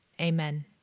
Amen